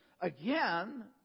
again